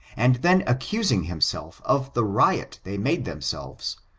and then accusing himself of the riot they made themselves,